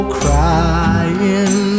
crying